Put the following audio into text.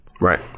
Right